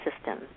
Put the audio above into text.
system